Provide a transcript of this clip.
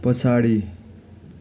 पछाडि